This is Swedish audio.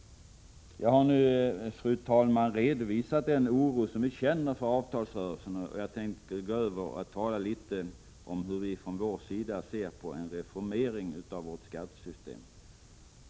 Jag har nu, fru talman, redovisat den oro för avtalsrörelsen som vi känner och jag tänker härefter gå över till att säga något om hur vi från folkpartiets sida ser på en reformering av vårt skattesystem.